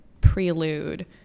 prelude